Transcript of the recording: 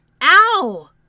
Ow